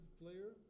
player